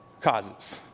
causes